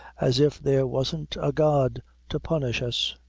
as if there wasn't a god ta punish us.